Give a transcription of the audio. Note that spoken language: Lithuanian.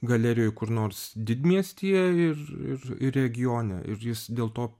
galerijoj kur nors didmiestyje ir ir ir regione ir jis dėl to